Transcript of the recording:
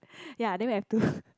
ya then we have to